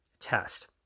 test